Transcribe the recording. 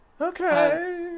okay